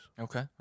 Okay